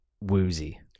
woozy